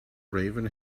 raven